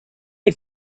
had